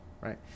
right